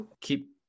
keep